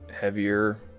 heavier